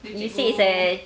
you say it's uh